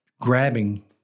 grabbing